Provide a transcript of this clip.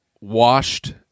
Washed